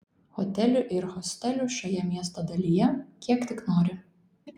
hotelių ir hostelių šioje miesto dalyje kiek tik nori